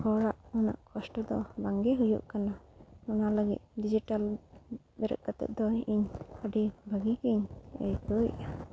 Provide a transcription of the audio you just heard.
ᱦᱚᱲᱟᱜ ᱩᱱᱟᱹᱜ ᱠᱚᱥᱴᱚ ᱫᱚ ᱵᱟᱝ ᱜᱮ ᱦᱩᱭᱩᱜ ᱠᱟᱱᱟ ᱚᱱᱟ ᱞᱟᱹᱜᱤᱫ ᱰᱤᱡᱤᱴᱟᱞ ᱵᱮᱨᱮᱫ ᱠᱟᱛᱮᱫ ᱫᱚ ᱤᱧ ᱟᱹᱰᱤ ᱵᱷᱟᱹᱜᱤ ᱜᱤᱧ ᱟᱹᱭᱠᱟᱹᱣᱮᱜᱼᱟ